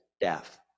death